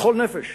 לכל נפש